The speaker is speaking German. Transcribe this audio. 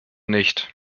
nicht